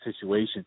situation